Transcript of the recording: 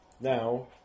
Now